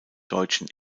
deutschen